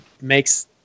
makes